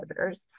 inhibitors